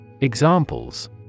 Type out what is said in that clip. Examples